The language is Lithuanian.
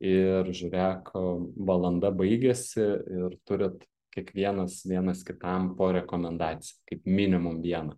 ir žiūrėk valanda baigiasi ir turit kiekvienas vienas kitam po rekomendaciją kaip minimum vieną